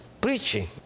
preaching